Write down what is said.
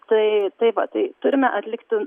tai tai va tai turime atlikti